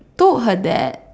told her dad